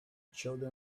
children